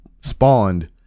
spawned